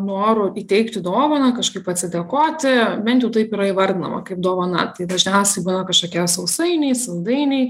noru įteikti dovaną kažkaip atsidėkoti bent jau taip yra įvardinama kaip dovana tai dažniausiai būna kažkokie sausainiai saldainiai